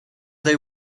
they